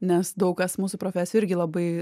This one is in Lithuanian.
nes daug kas mūsų profesijoj irgi labai